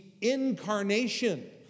incarnation